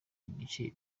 ibice